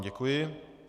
Děkuji.